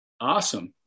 Awesome